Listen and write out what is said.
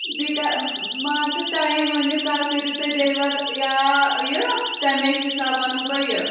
بیٚیہِ کہ مان ژٕ ٹایم ؤنِو کَر کٔرِو تُہۍ ڈیٚلوَر یا یہِ تَمے حِسابہٕ وَنہو بہٕ یہِ